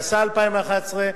התשע"א 2011,